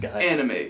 anime